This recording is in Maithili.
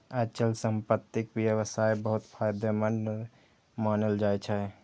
अचल संपत्तिक व्यवसाय बहुत फायदेमंद मानल जाइ छै